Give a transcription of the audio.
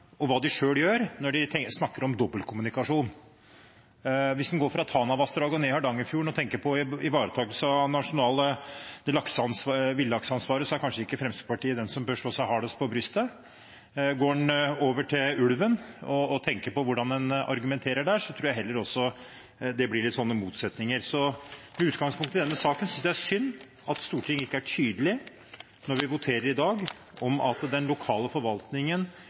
hva de selv gjør når de snakker om dobbeltkommunikasjon. Hvis en går fra Tanavassdraget og ned til Hardangerfjorden og tenker på ivaretakelse av det nasjonale villaksansvaret, er det kanskje ikke Fremskrittspartiet som bør slå seg hardest på brystet. Går en over til ulven og tenker på hvordan en argumenterer der, tror jeg også det blir noen motsetninger. Med utgangspunkt i denne saken synes jeg det er synd at Stortinget ikke er tydelig – når vi i dag voterer – på at den lokale forvaltningen,